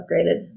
upgraded